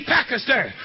Pakistan